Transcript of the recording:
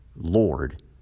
Lord